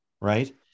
right